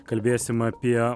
kalbėsim apie